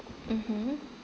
mmhmm